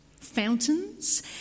fountains